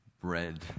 bread